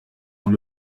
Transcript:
dans